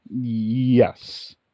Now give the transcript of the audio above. Yes